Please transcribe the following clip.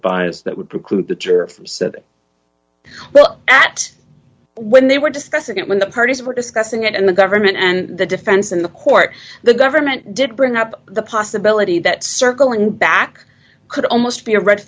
bias that would preclude the chair said well at when they were discussing it when the parties were discussing it and the government and the defense and the court the government did bring up the possibility that circling back could almost be a red